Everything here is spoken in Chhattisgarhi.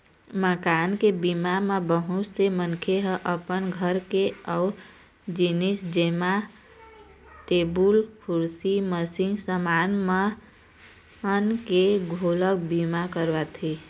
मकान के बीमा म बहुत से मनखे ह अपन घर के अउ जिनिस जेमा टेबुल, कुरसी, मसीनी समान मन के घलोक बीमा करवाथे